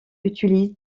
utilise